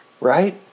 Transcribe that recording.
Right